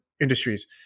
industries